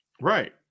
Right